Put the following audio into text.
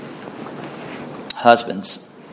Husbands